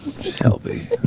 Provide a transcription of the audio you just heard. Shelby